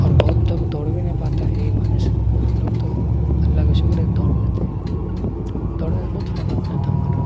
اور بہت لوگ دوڑ بھی نہیں پاتا ہے یہی بہانے سے ہم لوگ تو اللہ کا شکر ہے دوڑ لیتے ہیں دوڑنے سے بہت فائدہ ہو جاتا ہے ہمارا